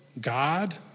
God